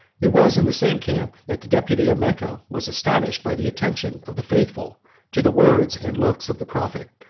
it was in the same camp that the deputy of mecca was astonished by the attention of the faithful to the words and looks of the prophet,